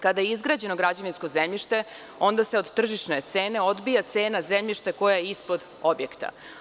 Kada je izgrađeno građevinsko zemljište onda se od tržišne cene odbija cena zemljišta koja je ispod objekta.